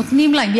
נותנים להם.